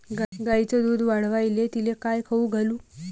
गायीचं दुध वाढवायले तिले काय खाऊ घालू?